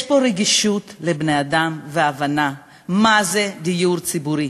יש פה רגישות לבני-אדם והבנה מה זה דיור ציבורי,